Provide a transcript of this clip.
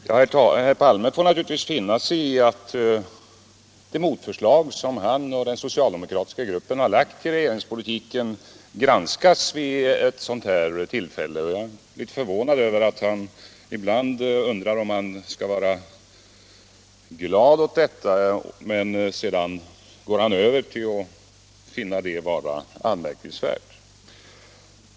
Herr talman! Herr Palme får naturligtvis finna sig i att det motförslag som han och den socialdemokratiska gruppen har lagt till regeringspolitiken granskas vid ett sådant här tillfälle. Jag blir förvånad över att han ibland förefaller vara glad åt detta men sedan går över till att finna det anmärkningsvärt!